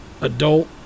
adult